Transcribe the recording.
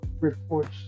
reports